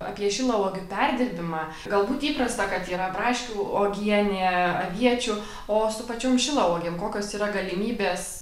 apie šilauogių perdirbimą galbūt įprasta kad yra braškių uogienė aviečių o su pačiom šilauogėm kokios yra galimybės